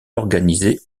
organisé